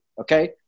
okay